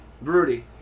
Rudy